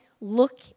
look